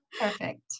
Perfect